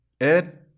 Ed